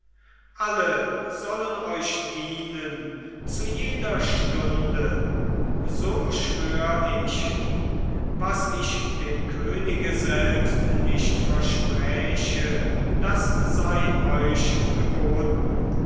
alle sollen euch dienen zu jeder stunde so schwör ich was ich dem könige selbst nicht verspräche das sei euch geboten